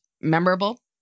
memorable